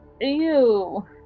Ew